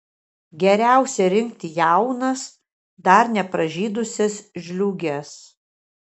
geriausia rinkti jaunas dar nepražydusias žliūges